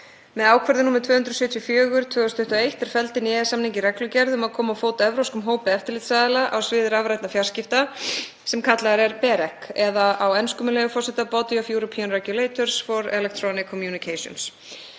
Með ákvörðun nr. 274/2021 er felld inn í EES-samninginn reglugerð um að koma á fót evrópskum hópi eftirlitsaðila á sviði rafrænna fjarskipta sem kallaður er BEREC, eða á ensku, með leyfi forseta, Body of European Regulators for Electronic Communications.